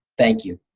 thank you,